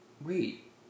wait